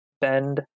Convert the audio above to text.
Bend